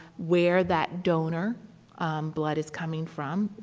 where that donor blood is coming from,